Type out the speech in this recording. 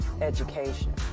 education